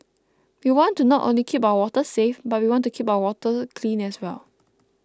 we want to not only keep our waters safe but we want to keep our water clean as well